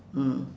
mm